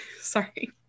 sorry